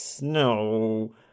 No